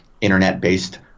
internet-based